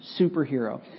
superhero